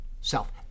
self